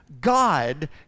God